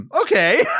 Okay